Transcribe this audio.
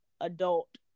adult